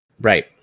Right